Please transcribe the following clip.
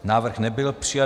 Návrh nebyl přijat.